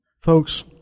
Folks